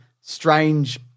strange